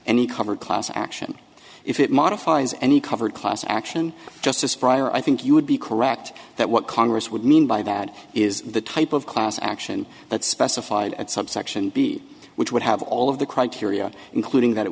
and he covered class action if it modifies any covered class action justice fryer i think you would be correct that what congress would mean by that is the type of class action that specified at subsection b which would have all of the criteria including that it